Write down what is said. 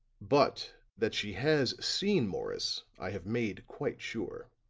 but that she has seen morris i have made quite sure.